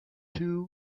two